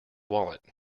wallet